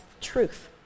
truth